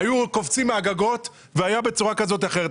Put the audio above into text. היו קופצים מהגגות והיה בצורה כזאת או אחרת.